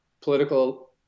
political